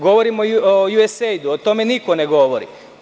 Govorim o USAID, o tome niko ne govori.